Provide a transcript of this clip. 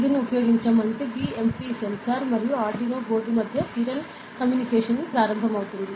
begin ను ఉపయోగించాము అంటే BMP సెన్సార్ మరియు ఆర్డునో బోర్డు మధ్య సీరియల్ కమ్యూనికేషన్ ప్రారంభమవుతుంది